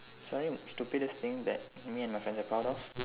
sorry stupidest thing that me and my friends are proud of